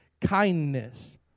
kindness